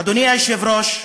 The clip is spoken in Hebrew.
אדוני היושב-ראש,